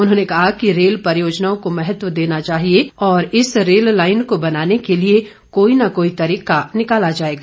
उन्होंने कहा कि रेल परियोजनाओं को महत्व देना चाहिए और इस रेल लाईन को बनाने के लिए कोई न कोई तरीका निकाला जाएगा